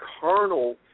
carnal